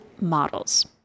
models